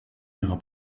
ihrer